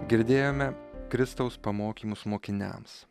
girdėjome kristaus pamokymus mokiniams